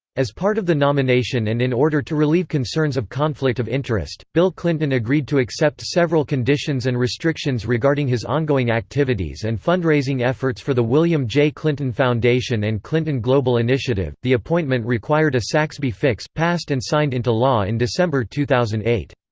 as part of the nomination and in order to relieve concerns of conflict of interest, bill clinton agreed to accept several conditions and restrictions regarding his ongoing activities and fundraising efforts for the william j. clinton foundation and clinton global initiative the appointment required a saxbe fix, passed and signed into law in december two thousand and eight.